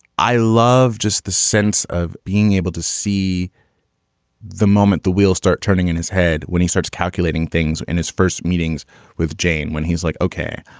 i love just the sense of being able to see the moment the wheels start turning in his head when he starts calculating things in his first meetings with jane, when he's like, okay,